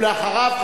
אחריו,